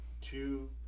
two